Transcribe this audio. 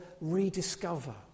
rediscover